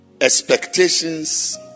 expectations